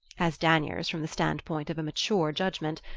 as danyers, from the stand-point of a maturer judgment,